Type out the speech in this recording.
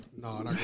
No